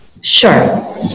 sure